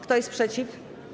Kto jest przeciw?